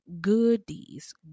goodies